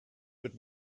but